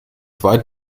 weit